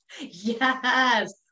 Yes